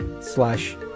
slash